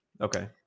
okay